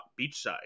beachside